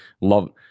love